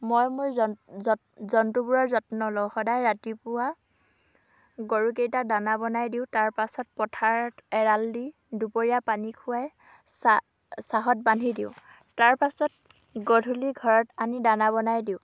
মই মোৰ জন্তুবোৰৰ যত্ন লওঁ সদায় ৰাতিপুৱা গৰুকেইটাক দানা বনাই দিওঁ তাৰপাছত পথাৰত এৰাল দি দুপৰীয়া পানী খুৱাই ছাঁত বান্ধি দিওঁ তাৰপাছত গধূলী ঘৰত আনি দানা বনাই দিওঁ